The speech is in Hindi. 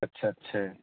अच्छा अच्छा है